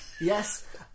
Yes